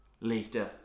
Later